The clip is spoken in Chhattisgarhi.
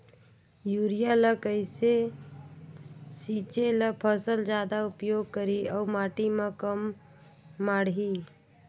युरिया ल कइसे छीचे ल फसल जादा उपयोग करही अउ माटी म कम माढ़ही?